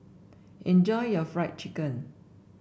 enjoy your Fried Chicken